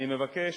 אני מבקש